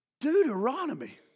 Deuteronomy